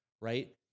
right